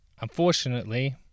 unfortunately